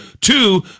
Two